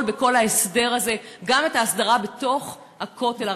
בכל ההסדר הזה גם את ההסדרה בתוך הכותל,